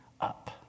up